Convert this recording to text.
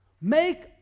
Make